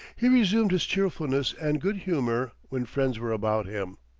he resumed his cheerfulness and good-humor when friends were about him.